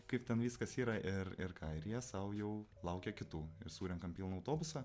kaip ten viskas yra ir ir ką ir jie sau jau laukia kitų ir surenkam pilną autobusą